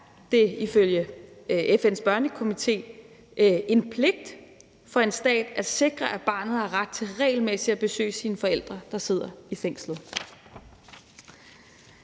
er det ifølge FN's Børnekomité en pligt for en stat at sikre, at barnet har ret til regelmæssigt at besøge sine forældre, der sidder i fængsel.